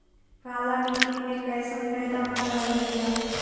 काला मिट्टी मे कैसन पैदा हो रहले है?